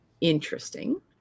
interesting